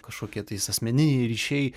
kažkokie tais asmeniniai ryšiai